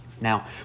Now